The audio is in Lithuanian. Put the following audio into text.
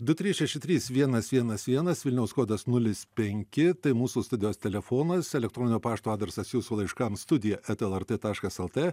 du trys šeši trys vienas vienas vienas vilniaus kodas nulis penki tai mūsų studijos telefonas elektroninio pašto adresas jūsų laiškams studija eta lrt taškas lt